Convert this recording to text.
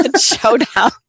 showdown